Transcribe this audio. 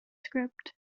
script